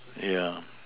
yeah